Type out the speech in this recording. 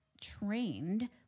trained